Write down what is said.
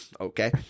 Okay